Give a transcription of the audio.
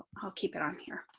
i'll keep it on here.